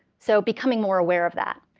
so becoming more aware of that.